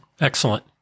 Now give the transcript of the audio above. Excellent